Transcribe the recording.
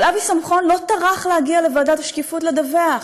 אבל אבי שמחון לא טרח להגיע לוועדת השקיפות לדווח.